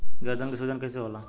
गर्दन के सूजन कईसे होला?